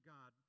God